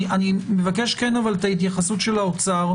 אבל אבקש את התייחסות האוצר